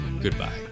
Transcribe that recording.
goodbye